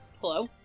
Hello